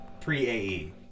pre-AE